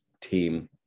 team